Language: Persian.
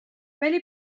ولی